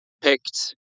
picked